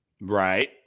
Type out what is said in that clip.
right